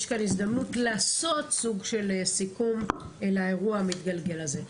יש כאן הזדמנות לעשות סוג של סיכום לאירוע המתגלגל הזה.